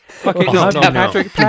Patrick